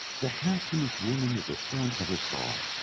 the handsomest woman that the sun ever saw,